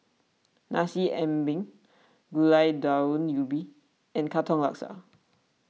Nasi Ambeng Gulai Daun Ubi and Katong Laksa